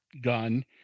gun